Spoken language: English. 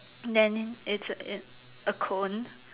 then it's in a cone